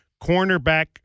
Cornerback